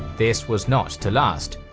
this was not to last,